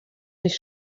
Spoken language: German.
sich